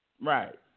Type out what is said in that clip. Right